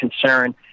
concern